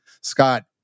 scott